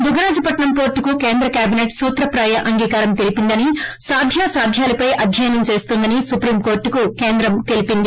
దుగ్గరాజపట్సం పోర్టుకు కేంద్ర కేబిసెట్ సూత్రప్రాయ అంగీకారం తెలిపిందని సాధ్యాసాధ్యాలపై అధ్యయనం చేస్తోందని సుప్రీం కోర్టుకు కేంద్రం తెలిపింది